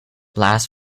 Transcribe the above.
lasts